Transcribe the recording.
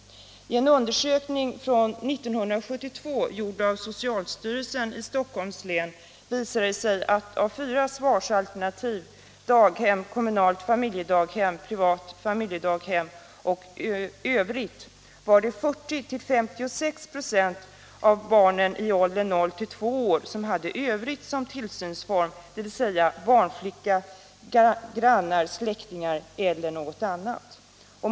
I en undersökning från 1972, gjord av socialstyrelsen i Stockholms län, visade det sig att av fyra svarsalternativ — daghem, kommunalt familjedaghem, privat familjedaghem och övrigt — återfanns 40-56 26 av barnen i åldern 0-2 år under ”övrigt” som tillsynsform, dvs. barnflicka, grannar, släktingar eller något annat.